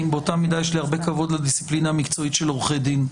ובאותה מידה יש לי הרבה כבוד לדיסציפלינה המקצועית של עורכי דין.